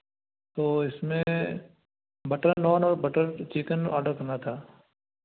तो इसमें बटर नान और बटर चिकन ऑर्डर करना था